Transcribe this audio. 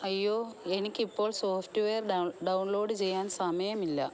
അയ്യോ എനിക്കിപ്പോൾ software download ചെയ്യാൻ സമയമില്ല